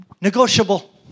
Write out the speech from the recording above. negotiable